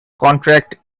contract